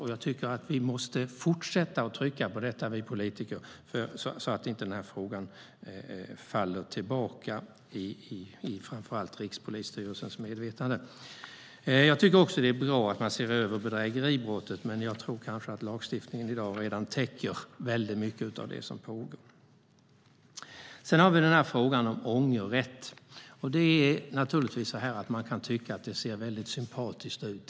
Vi politiker måste fortsätta med det, så att den här frågan inte sjunker undan i framför allt Rikspolisstyrelsens medvetande. Jag tycker också att det är bra att man ser över bedrägeribrottet, men jag tror att lagstiftningen i dag redan täcker mycket av det som pågår. Sedan har vi frågan om ångerrätt. Man kan tycka att det ser sympatiskt ut.